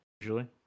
usually